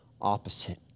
opposite